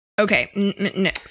Okay